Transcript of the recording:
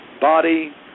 body